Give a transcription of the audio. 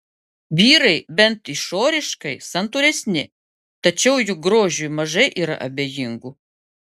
vyrai bent išoriškai santūresni tačiau juk grožiui mažai yra abejingų